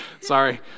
sorry